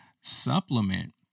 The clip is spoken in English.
supplement